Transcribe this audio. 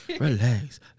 Relax